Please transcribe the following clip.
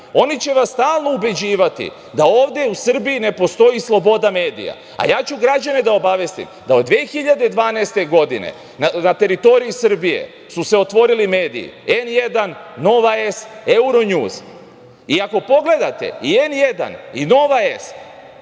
će vas stalno ubeđivati da ovde u Srbiji ne postoji sloboda medija, a ja ću građane da obavestim da od 2012. godine na teritoriji Srbije su se otvorili mediji „N1“, „Nova S“, „Euronews“. Ako pogledate, i „N1“ i „Nova S“